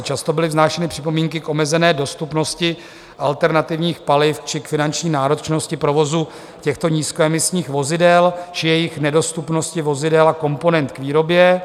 Často byly vznášeny připomínky k omezené dostupnosti alternativních paliv či k finanční náročnosti provozu těchto nízkoemisních vozidel či nedostupnosti vozidel a komponent k výrobě.